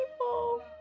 people